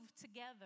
together